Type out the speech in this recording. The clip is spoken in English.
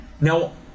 Now